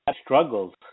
struggles